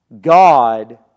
God